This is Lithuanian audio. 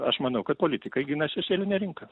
aš manau kad politikai gina šešėlinę rinką